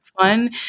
fun